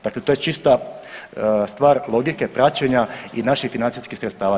Dakle, to je čista stvar logike praćenja i naših financijskih sredstava.